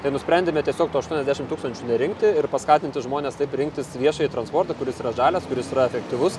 tai nusprendėme tiesiog aštuoniasdešimt tūkstančių nerinkti ir paskatinti žmones taip rinktis viešąjį transportą kuris yra žalias kuris yra efektyvus